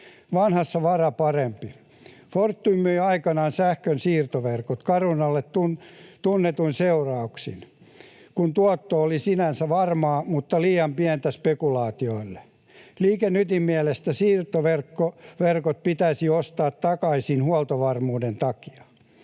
Vanhassa vara parempi: Fortum myi aikanaan sähkön siirtoverkot Carunalle tunnetuin seurauksin, kun tuotto oli sinänsä varmaa mutta liian pientä spekulaatioille. Liike Nytin mielestä siirtoverkot pitäisi ostaa takaisin huoltovarmuuden takia.